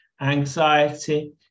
anxiety